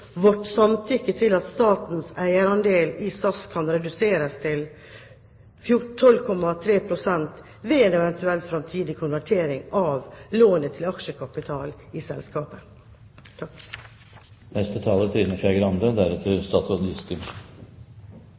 vårt samtykke til at statens eierandel i SAS kan reduseres til 12,3 pst. ved en eventuell framtidig konvertering av obligasjonslånet til aksjekapital i selskapet.